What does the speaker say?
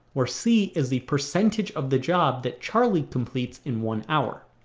where c is the percentage of the job that charlie completes in one hour.